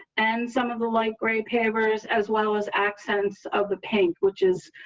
and some of the light gray pavers, as well as accents of the pink, which is